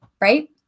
Right